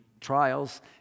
trials